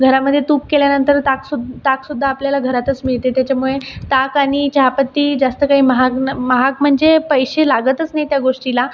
घरामध्ये तूप केल्यानंतर टाक सु ताक सुद्धा आपल्याला घरातच मिळते त्याच्यामुळे ताक आणि चहा पत्ती जास्त काही महाग महाग म्हणजे पैसे लागतच नाही त्या गोष्टीला